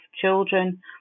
children